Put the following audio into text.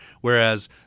whereas